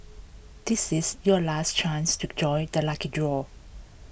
this is your last chance to join the lucky draw